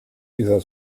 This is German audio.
dieser